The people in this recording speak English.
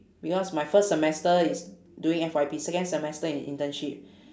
because my first semester is doing F_Y_P second semester in internship